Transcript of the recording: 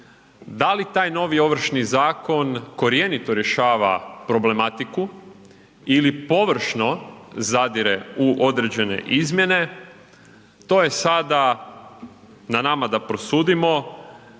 Da li taj novi Ovršni zakon korjenito rješava problematiku ili površno zadire u određene izmjene to je sada na nama da prosudimo,